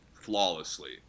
flawlessly